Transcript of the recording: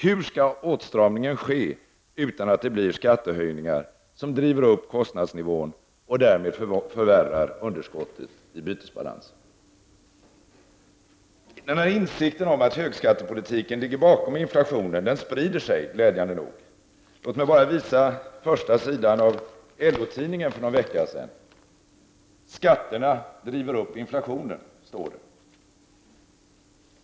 Hur skall åtstramningen ske utan att det blir skattehöjningar som driver upp kostnadsnivån och därmed förvärrar underskottet i bytesbalansen? Insikten om att högskattepolitiken ligger bakom inflationen sprider sig glädjande nog. Låt mig bara visa första sidan av LOTIDNINGEN för någon vecka sedan. ”Skatterna driver upp inflationen”, står det.